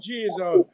Jesus